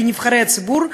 לנבחרי הציבור,